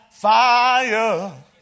fire